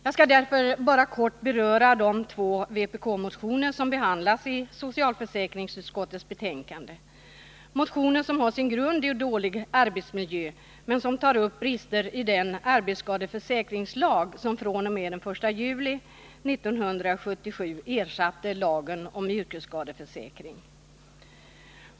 Jag skall därför bara kort beröra de två vpk-motioner som behandlas i socialförsäkringsutskottets betänkande — motioner som har sin grund i dålig arbetsmiljö, men som tar upp brister i den arbetsskadeförsäkringslag som fr.o.m. den 1 juli 1977 ersatte lagen om yrkesskadeförsäkring.